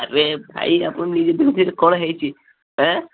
ଆରେ ଭାଇ ଆପଣ କ'ଣ ହେଇଛି ଏଁ